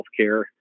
Healthcare